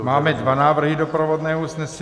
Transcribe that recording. Máme dva návrhy doprovodného usnesení.